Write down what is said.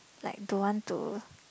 like don't want to